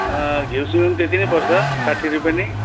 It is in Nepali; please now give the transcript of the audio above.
घिउ सिमी नि त्यति नै पर्छ साठी रुपियाँ नै